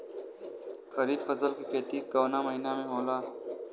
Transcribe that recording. खरीफ फसल के खेती कवना महीना में होला?